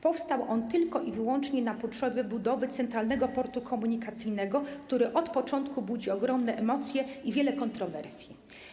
Powstał on tylko i wyłącznie na potrzeby budowy Centralnego Portu Komunikacyjnego, który od początku budzi ogromne emocje i wiele kontrowersji.